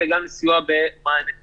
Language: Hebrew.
ואנחנו מדברים פה על מעסיק